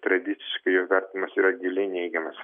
tradiciškai jo vertinimas yra giliai neigiamas